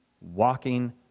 walking